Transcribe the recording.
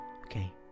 Okay